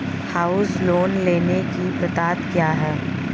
House loan लेने की पात्रता क्या है?